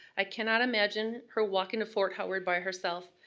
i cannot imagine her walking to fort howard by herself.